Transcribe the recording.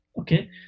Okay